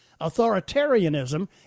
Authoritarianism